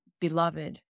beloved